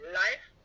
life